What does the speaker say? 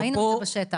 וראינו אותו בשטח.